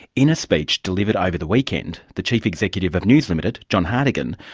in a speech delivered over the weekend, the chief executive of news limited, john hartigan,